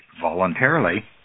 voluntarily